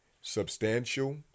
substantial